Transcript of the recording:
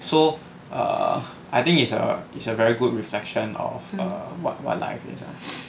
so err I think is err is a very good reflection of a what what life is ah